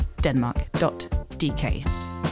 denmark.dk